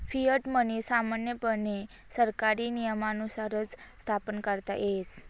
fiat money सामान्यपणे सरकारी नियमानुसारच स्थापन करता येस